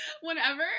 whenever